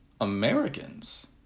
Americans